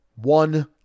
One